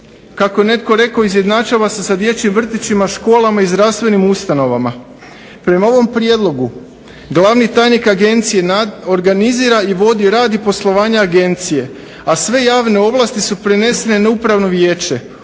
Kako je netko rekao izjednačava se sa dječjim vrtićima, školama i zdravstvenim ustanovama. Prema ovom Prijedlogu glavni tajnik agencije organizira i vodi rad i poslovanje Agencije a sve javne ovlasti su prenesene na upravno vijeće,